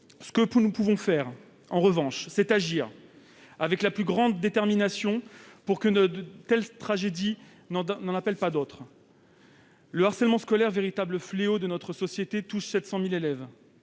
Ce que nous pouvons faire, en revanche, c'est agir avec la plus grande détermination pour que de telles tragédies n'en appellent pas d'autres. Le harcèlement scolaire, véritable fléau de notre société, touche 700 000 élèves,